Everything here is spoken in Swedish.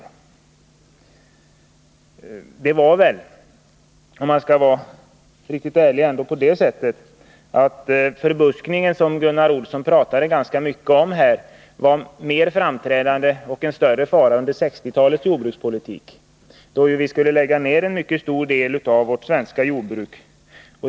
Vidare är det — om man skall vara riktigt ärlig — ändå så att den förbuskning som Gunnar Olsson pratade ganska mycket om var mer framträdande och utgjorde en större fara under 1960-talet med den jordbrukspolitik som bedrevs då och som gick ut på att vi skulle lägga ned en mycket stor del av vårt svenska jordbruk.